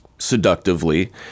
seductively